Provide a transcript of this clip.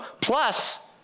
Plus